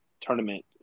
tournament